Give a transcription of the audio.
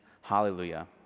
hallelujah